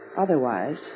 Otherwise